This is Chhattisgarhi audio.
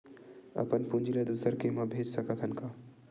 अपन पूंजी ला दुसर के मा भेज सकत हन का?